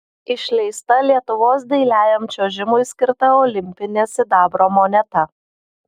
išleista lietuvos dailiajam čiuožimui skirta olimpinė sidabro moneta